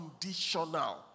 conditional